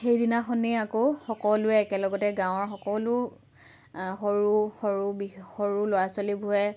সেইদিনাখনেই আকৌ সকলোৱে একেলগতে গাঁৱৰ সকলো সৰু সৰু সৰু ল'ৰা ছোৱালীবোৰে